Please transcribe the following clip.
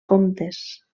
comtes